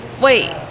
Wait